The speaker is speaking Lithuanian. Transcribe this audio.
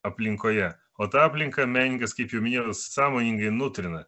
aplinkoje o tą aplinką menininkas kaip jau minėjau sąmoningai nutrina